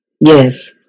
Yes